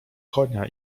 konia